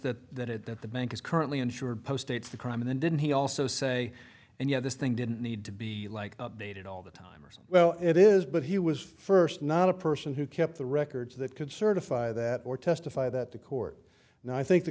that that it that the bank is currently insured post dates the crime and didn't he also say and yet this thing didn't need to be like updated all the time or so well it is but he was first not a person who kept the records that could certify that or testify that the court and i think the